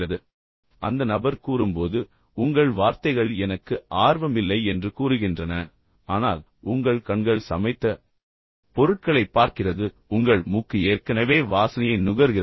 எனவே அந்த நபர் கூறும்போது உங்கள் வார்த்தைகள் எனக்கு ஆர்வம் இல்லை என்று கூறுகின்றன ஆனால் உங்கள் கண்கள் சமைத்த பொருட்களைப் பார்க்கிறது உங்கள் மூக்கு ஏற்கனவே வாசனையை நுகர்கிறது